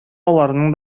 аларның